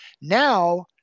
Now